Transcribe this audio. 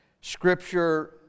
Scripture